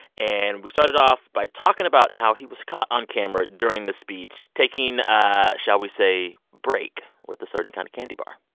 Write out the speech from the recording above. and we started off by talking about how he was caught on camera during the speech taking a, shall we say, break with a certain kind of candy bar